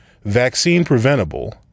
vaccine-preventable